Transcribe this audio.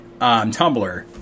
Tumblr